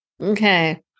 Okay